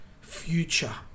future